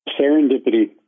serendipity